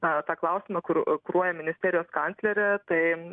na tą klausimą kur kuruoja ministerijos kanclerė tai